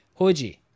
Hoji